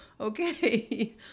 okay